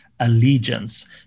allegiance